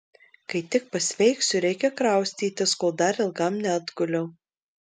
kai tik pasveiksiu reikia kraustytis kol dar ilgam neatguliau